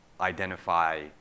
identify